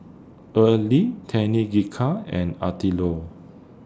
Erle Tenika and Attilio